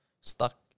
stuck